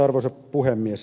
arvoisa puhemies